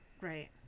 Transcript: Right